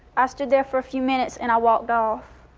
i stood there for a few minutes and i walked off.